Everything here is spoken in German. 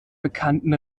bekannten